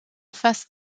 face